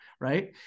right